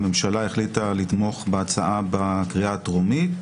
הממשלה החליטה לתמוך בהצעה בקריאה הטרומית,